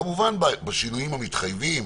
כמובן, בשינויים המתחייבים,